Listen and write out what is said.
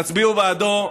תצביעו בעדו.